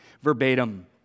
verbatim